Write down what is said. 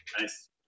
Nice